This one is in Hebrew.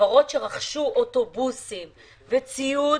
חברות שרכשו אוטובוסים וציוד,